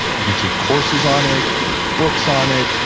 you can take courses on it, there's books on it,